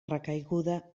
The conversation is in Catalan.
recaiguda